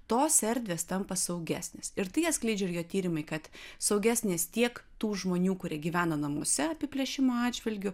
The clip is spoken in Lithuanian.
tos erdvės tampa saugesnės ir tai atskleidžia ir jo tyrimai kad saugesnės tiek tų žmonių kurie gyvena namuose apiplėšimo atžvilgiu